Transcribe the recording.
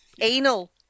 Anal